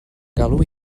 galw